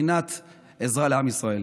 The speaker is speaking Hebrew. בבחינת עזרה לעם ישראל.